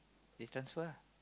they transfer ah